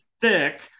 thick